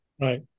Right